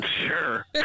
Sure